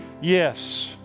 yes